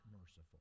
merciful